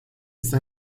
está